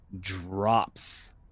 drops